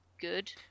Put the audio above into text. good